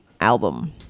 album